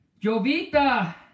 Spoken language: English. Jovita